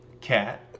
Cat